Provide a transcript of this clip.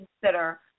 consider